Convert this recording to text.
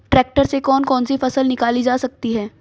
Tractor से कौन कौनसी फसल निकाली जा सकती हैं?